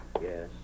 Yes